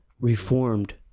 reformed